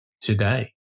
today